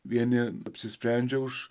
vieni apsisprendžia už